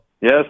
Yes